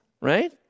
right